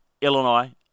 Illinois